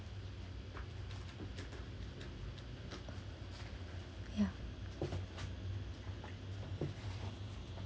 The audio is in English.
yeah